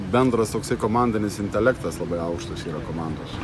bendras toksai komandinis intelektas labai aukštas yra komandos